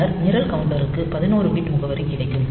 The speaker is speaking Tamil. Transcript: பின்னர் நிரல் கவுண்டருக்கு 11 பிட் முகவரி கிடைக்கும்